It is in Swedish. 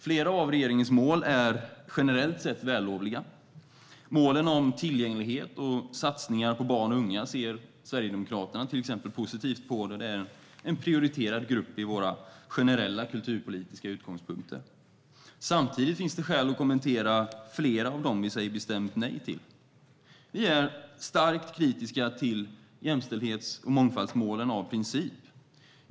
Flera av regeringens mål är generellt sett vällovliga. Sverigedemokraterna ser till exempel positivt på målen om tillgänglighet och satsningar på barn och unga, då det är en prioriterad grupp i våra generella kulturpolitiska utgångspunkter. Samtidigt finns det skäl att kommentera flera av de mål vi säger bestämt nej till. Vi är av princip starkt kritiska till jämställdhets och mångfaldsmålen.